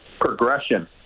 progression